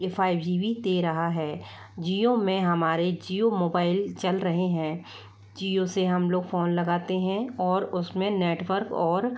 ये five G बी दे रहा है जिओ में हमारे जिओ मोबाइल चल रहे हैं जिओ से हम लोग फोन लगाते हैं और उस में नेटवर्क और